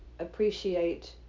appreciate